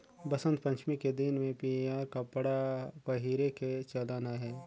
बसंत पंचमी के दिन में पीयंर कपड़ा पहिरे के चलन अहे